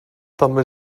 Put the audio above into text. també